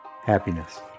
Happiness